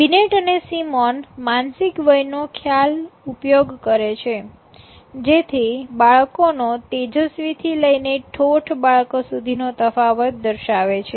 Binet અને Simon માનસિક વય નો ખ્યાલ ઉપયોગ કરે છે જેથી બાળકો નો તેજસ્વી થી લઈને ઠોઠ બાળકો સુધી નો તફાવત દર્શાવે છે